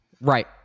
Right